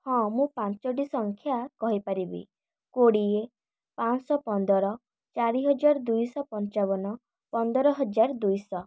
ହଁ ମୁଁ ପାଞ୍ଚଟି ସଂଖ୍ୟା କହିପାରିବି କୋଡ଼ିଏ ପାଞ୍ଚ ଶହ ପନ୍ଦର ଚାରି ହଜାର ଦୁଇ ଶହ ପଞ୍ଚାବନ ପନ୍ଦର ହଜାର ଦୁଇ ଶହ